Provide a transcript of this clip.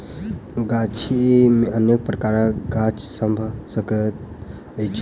गाछी मे अनेक प्रकारक गाछ सभ भ सकैत अछि